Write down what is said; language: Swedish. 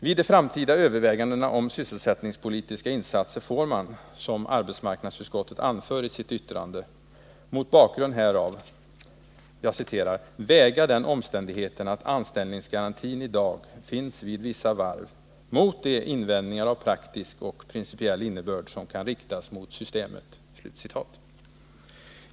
Vid de framtida övervägandena om sysselsättningspolitiska insatser får man, som arbetsmarknadsutskottet anför i sitt yttrande, mot bakgrund härav ”väga den omständigheten att anställningsgarantin i dag finns vid vissa varv mot de invändningar av praktisk och principiell innebörd som kan riktas mot systemet”.